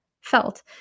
felt